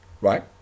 right